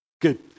Good